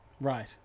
Right